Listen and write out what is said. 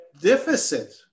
deficit